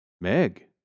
Meg